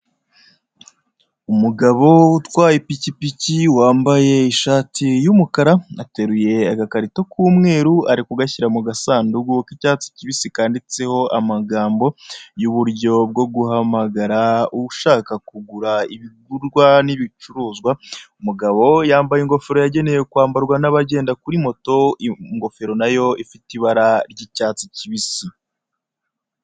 Umugabo utwaye ipikipiki wambaye ishati y'umukara ateruye agakarito k'umweru ari kugashyira mu gasunduku k'icyatsi kibisi kanditseho amagambo y'uburyo bwo guhamagara ushaka kugura ibigurwa n'ibicuruzwa ,umugabo yambaye ingofero yagenewe kwambarwa n'abagenda kuri moto ingofero nayo ifite ibara ry'icyatsi kibisi.